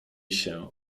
się